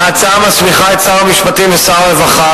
ההצעה מסמיכה את שר המשפטים ואת שר הרווחה